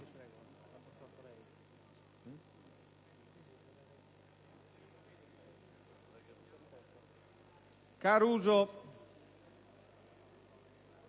Caruso,